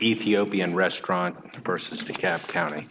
ethiopian restaurant versus the cap county